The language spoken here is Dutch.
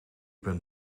ben